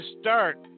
start